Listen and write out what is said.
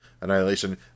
Annihilation